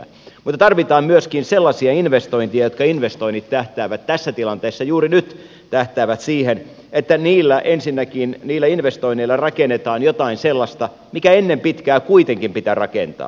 mutta tarvitaan myöskin sellaisia investointeja jotka tähtäävät tässä tilanteessa juuri nyt siihen että niillä investoinneilla rakennetaan jotain sellaista mikä ennen pitkää kuitenkin pitää rakentaa